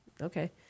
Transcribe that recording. okay